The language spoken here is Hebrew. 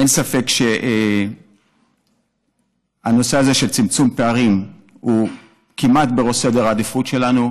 אין ספק שהנושא של צמצום פערים הוא כמעט בראש סדר העדיפויות שלנו,